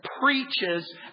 preaches